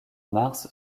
mars